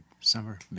Summer